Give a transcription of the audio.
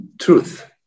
truth